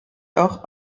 auch